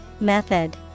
Method